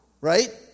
right